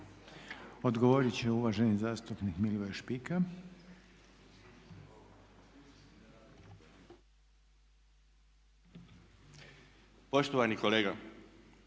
Odgovorit će uvaženi zastupnik Milivoj Špika. **Špika,